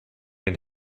den